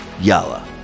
Yalla